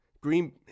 Green